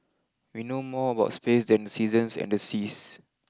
we know more about space than the seasons and the seas